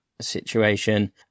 situation